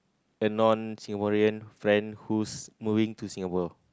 a non Singaporean friend who's moving to Singapore